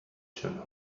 johns